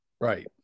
Right